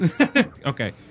Okay